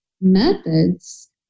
methods